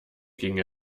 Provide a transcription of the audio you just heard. ging